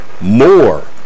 more